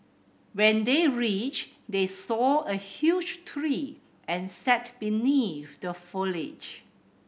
when they reached they saw a huge tree and sat beneath the foliage